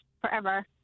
forever